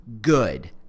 Good